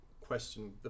question